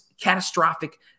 catastrophic